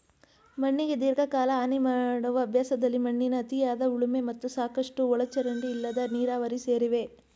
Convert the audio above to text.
ಮಣ್ಣಿಗೆ ದೀರ್ಘಕಾಲ ಹಾನಿಮಾಡುವ ಅಭ್ಯಾಸದಲ್ಲಿ ಮಣ್ಣಿನ ಅತಿಯಾದ ಉಳುಮೆ ಮತ್ತು ಸಾಕಷ್ಟು ಒಳಚರಂಡಿ ಇಲ್ಲದ ನೀರಾವರಿ ಸೇರಿವೆ